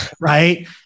right